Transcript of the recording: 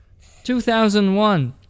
2001